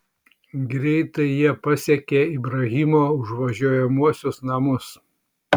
greitai jie pasiekė ibrahimo užvažiuojamuosius namus